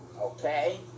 Okay